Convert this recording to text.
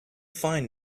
fine